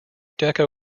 deco